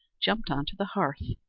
jumped on to the hearth,